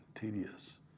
tedious